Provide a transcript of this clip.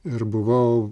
ir buvau